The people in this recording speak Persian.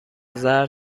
زرد